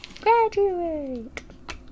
Graduate